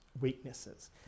weaknesses